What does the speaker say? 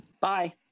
Bye